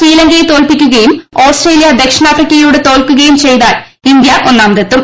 ശ്രീലങ്കയെ തോൽപ്പിക്കുകയും ഓസ്ട്രേലിയ ദക്ഷിണാഫ്രിക്കയോട് തോൽക്കുകയും ചെയ്താൽ ഇന്ത്യ ഒന്നാമതെത്തും